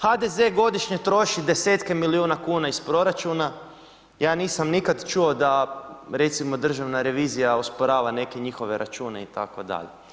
HDZ-e godišnje troši 10-tke milijuna kuna iz proračuna, ja nisam nikada čuo da recimo državna revizija osporava neke njihove račune itd.